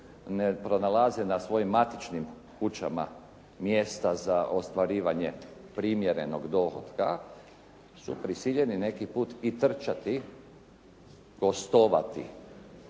pronalaze na svojim matičnim kućama mjesta za ostvarivanje primjerenog dohotka, su prisiljeni neki put i trčati, gostovati.